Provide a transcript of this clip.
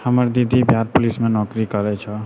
हमर दीदी बिहार पुलिसमे नौकरी करै छौ